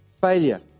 failure